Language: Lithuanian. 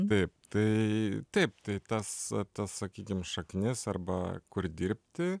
taip tai taip tai tas tas sakykim šaknis arba kur dirbti